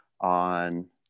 on